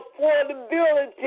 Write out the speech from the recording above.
affordability